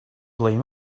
blame